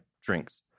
drinks